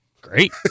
great